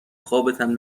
خوابتم